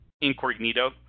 Incognito